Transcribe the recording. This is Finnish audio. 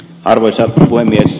arvoisa puhemies